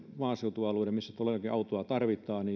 maaseutualueilla todellakin autoa tarvitaan